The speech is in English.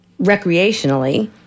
recreationally